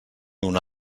una